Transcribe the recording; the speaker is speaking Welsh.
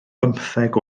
bymtheg